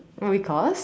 uh because